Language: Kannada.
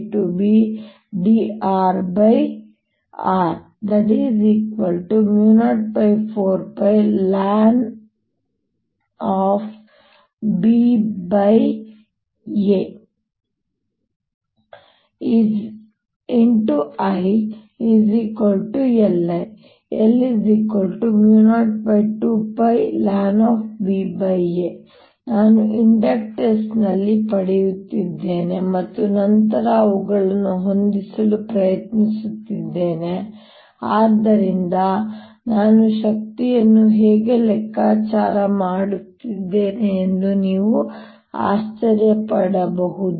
dr02πIabdrr02π ln ba ILI L02πlnba ನಾನು ಇಂಡಕ್ಟನ್ಸ್ ನಲ್ಲಿ ಪಡೆಯುತ್ತಿದ್ದೇನೆ ಮತ್ತು ನಂತರ ಅವುಗಳನ್ನು ಹೊಂದಿಸಲು ಪ್ರಯತ್ನಿಸುತ್ತಿದ್ದೇನೆ ಅದರಿಂದ ನಾನು ಶಕ್ತಿಯನ್ನು ಹೇಗೆ ಲೆಕ್ಕಾಚಾರ ಮಾಡುತ್ತಿದ್ದೇನೆ ಎಂದು ನೀವು ಆಶ್ಚರ್ಯ ಪಡಬಹುದು